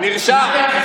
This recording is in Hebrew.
נרשם.